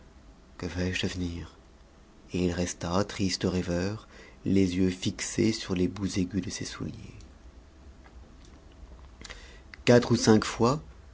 que vais-je devenir et il resta triste rêveur les yeux fixés sur les bouts aigus de ses souliers quatre ou cinq fois